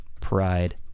pride